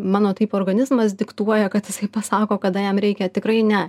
mano taip organizmas diktuoja kad jisai pasako kada jam reikia tikrai ne